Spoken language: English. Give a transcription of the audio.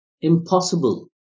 impossible